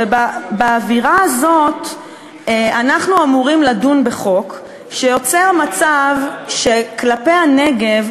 ובאווירה הזאת אנחנו אמורים לדון בחוק שיוצר מצב שכלפי הנגב,